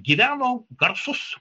gyveno garsus